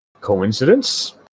Coincidence